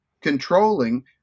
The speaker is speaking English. controlling